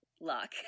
luck